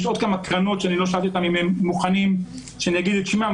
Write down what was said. יש עוד כמה קרנות שלא שאלתי אותם אם הם מוכנים שאני אגיד את שמם,